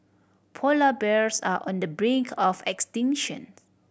polar bears are on the brink of extinction